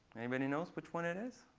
anybody knows which one it is?